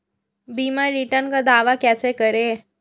बीमा रिटर्न का दावा कैसे करें?